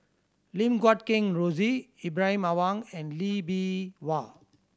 Lim Guat Kheng Rosie Ibrahim Awang and Lee Bee Wah